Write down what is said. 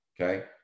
Okay